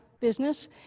business